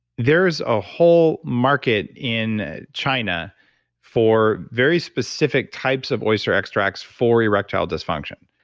there is a whole market in china for very specific types of oyster extracts for erectile dysfunction.